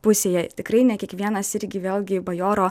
pusėje tikrai ne kiekvienas irgi vėlgi bajoro